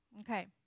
Okay